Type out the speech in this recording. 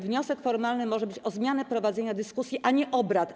Wniosek formalny może być o zmianę prowadzenia dyskusji, a nie obrad.